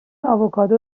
آووکادو